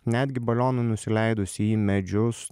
netgi balionui nusileidusi į medžius